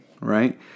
right